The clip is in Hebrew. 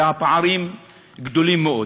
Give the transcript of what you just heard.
והפערים גדולים מאוד.